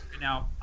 Now